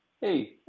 hey